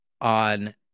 on